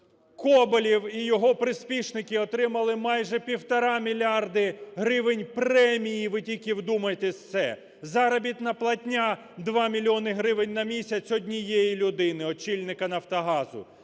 Коболєв і його приспішники отримали майже півтора мільярда гривень премії – ви тільки вдумайтеся в це! – заробітня платня - 2 мільйона гривень на місяць однієї людини, очільника "Нафтогазу",